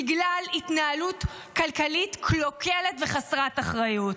בגלל התנהלות כלכלית קלוקלת וחסרת אחריות.